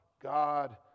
God